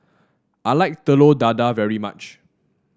I like Telur Dadah very much